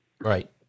right